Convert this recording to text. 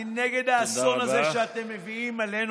אני נגד האסון הזה שאתם מביאים עלינו.